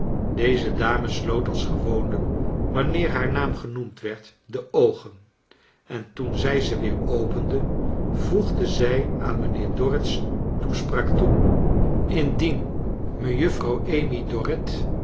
deze dame sloot als gewoonlijk wanneer haar naam genoemd werd de oogen en toen zij ze weer opende voegde zij aan mijnheer dorrit's toespraak toe indien mejuffrouw amy